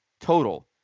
total